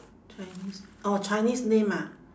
chinese orh chinese name ah